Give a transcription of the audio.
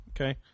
okay